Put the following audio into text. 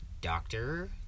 doctor